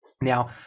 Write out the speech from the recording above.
Now